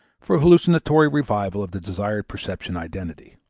for hallucinatory revival of the desired perception identity.